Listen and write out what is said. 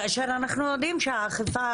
כאשר אנחנו יודעים שהאכיפה